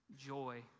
joy